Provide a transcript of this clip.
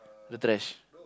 the trash